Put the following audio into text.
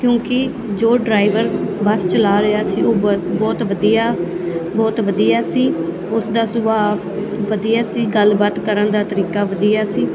ਕਿਉਂਕਿ ਜੋ driver bus ਚਲਾ ਰਿਹਾ ਸੀ ਉਹ ਬਹੁਤ ਵਧੀਆ ਬਹੁਤ ਵਧੀਆ ਸੀ ਉਸ ਦਾ ਸੁਭਾਅ ਵਧੀਆ ਸੀ ਗੱਲਬਾਤ ਕਰਨ ਦਾ ਤਰੀਕਾ ਵਧੀਆ ਸੀ